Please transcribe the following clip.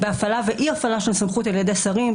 בהפעלה ואי-הפעלה של סמכות על ידי שרים,